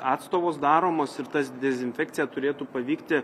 atstovos daromos ir tas dezinfekciją turėtų pavykti